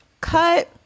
cut